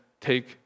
take